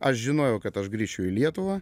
aš žinojau kad aš grįšiu į lietuvą